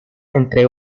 entre